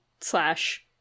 slash